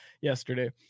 yesterday